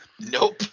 Nope